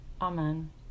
Amen